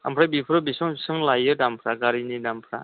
ओमफ्राय बेफोरो बेसेबां बेसेबां लायो दामफ्रा गारिनि दामफ्रा